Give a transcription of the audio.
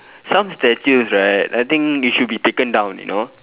some statues right I think it should be taken down you know